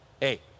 hey